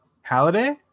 Halliday